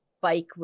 bike